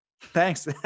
Thanks